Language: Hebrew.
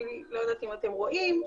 אני לא יודעת אם אתם רואים,